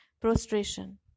Prostration